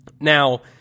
now